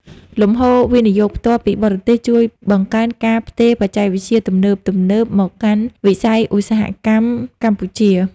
លំហូរវិនិយោគផ្ទាល់ពីបរទេសជួយបង្កើនការផ្ទេរបច្ចេកវិទ្យាទំនើបៗមកកាន់វិស័យឧស្សាហកម្មកម្ពុជា។